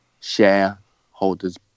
shareholders